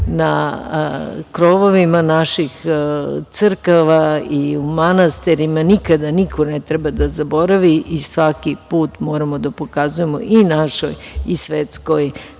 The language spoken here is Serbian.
na krovovima naših crkava i manastira, nikada niko ne treba da zaboravi i svaki put moramo da pokazujemo i našoj i svetskoj